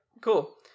cool